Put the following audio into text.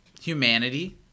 Humanity